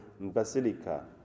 Basilica